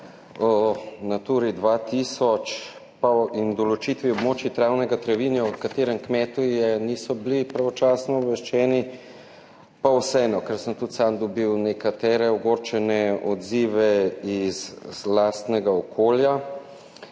o Naturi 2000 pa o določitvi območij travnega travinja, o katerem kmetuje niso bili pravočasno obveščeni, pa vseeno, ker sem tudi sam dobil nekatere ogorčene odzive iz lastnega okolja,